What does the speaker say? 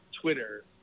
Twitter